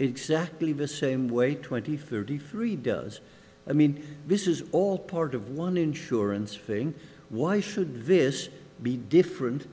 exactly the same way twenty thirty three does i mean this is all part of one insurance failing why should this be different